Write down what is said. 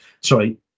Sorry